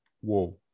whoa